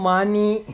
Money